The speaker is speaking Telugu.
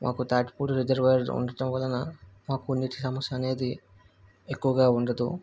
మాకు తాటిపూడి రిజర్వాయర్ ఉండడం వలన మాకు నీటి సమస్య అనేది ఎక్కువగా ఉండదు